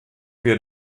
wir